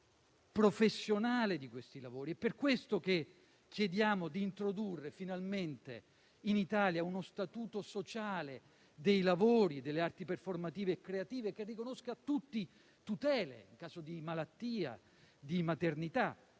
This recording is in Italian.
È per questo che chiediamo di introdurre finalmente in Italia uno statuto sociale dei lavori delle arti performative e creative che riconosca a tutti tutele in caso di malattia e di maternità,